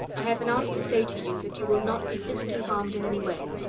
i have been asked to say to you that you will not be physically harmed in any way.